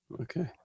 Okay